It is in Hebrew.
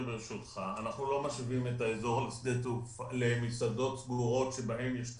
לא מסבים את האזור למסעדות סגורות שאליהן אתה